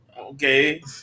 okay